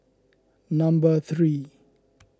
number three